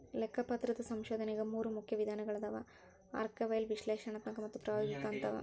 ಲೆಕ್ಕಪತ್ರದ ಸಂಶೋಧನೆಗ ಮೂರು ಮುಖ್ಯ ವಿಧಾನಗಳವ ಆರ್ಕೈವಲ್ ವಿಶ್ಲೇಷಣಾತ್ಮಕ ಮತ್ತು ಪ್ರಾಯೋಗಿಕ ಅಂತವ